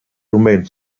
domain